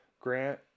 Grant